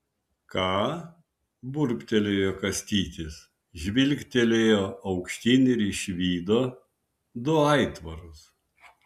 ką burbtelėjo kastytis žvilgtelėjo aukštyn ir išvydo du aitvarus